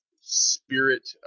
spirit